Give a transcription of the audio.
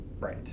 right